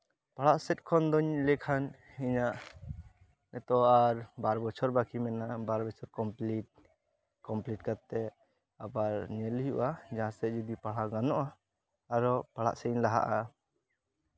ᱯᱟᱲᱦᱟᱜ ᱥᱮᱫ ᱠᱷᱚᱱ ᱫᱚᱧ ᱞᱟᱹᱭ ᱠᱷᱟᱱ ᱤᱧᱟᱹᱜ ᱮᱛᱚ ᱟᱨ ᱵᱟᱨ ᱵᱚᱪᱷᱚᱨ ᱵᱟᱹᱠᱤ ᱢᱮᱱᱟᱜᱼᱟ ᱵᱟᱨ ᱵᱚᱪᱷᱚᱨ ᱠᱚᱢᱯᱞᱤᱴ ᱠᱚᱢᱯᱞᱤᱴ ᱠᱟᱛᱮᱫ ᱟᱵᱟᱨ ᱧᱮᱞ ᱦᱩᱭᱩᱜᱼᱟ ᱡᱟᱦᱟᱸ ᱥᱮᱫ ᱡᱚᱫᱤ ᱯᱟᱲᱦᱟᱣ ᱜᱟᱱᱚᱜᱼᱟ ᱟᱨᱚ ᱯᱟᱲᱦᱟᱜ ᱥᱮᱫ ᱤᱧ ᱞᱟᱦᱟᱜᱼᱟ